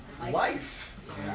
life